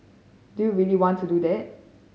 do you really want to do that